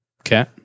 Okay